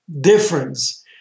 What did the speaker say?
difference